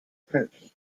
protein